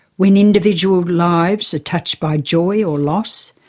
when individuals' lives are touched by joyor loss,